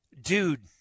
Dude